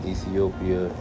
Ethiopia